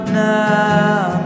now